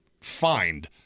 find